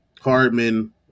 Hardman